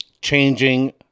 changing